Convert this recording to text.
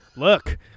Look